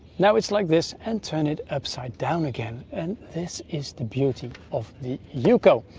now it's like this. and turn it upside down again and this is the beauty of the uco.